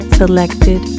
selected